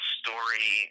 story